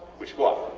we squat.